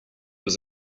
was